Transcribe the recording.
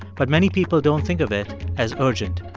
but many people don't think of it as urgent.